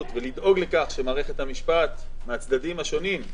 ולדאוג לכך שמערכת המשפטים מהצדדים השונים,